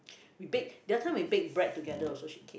bake the other time we bake bread together also she came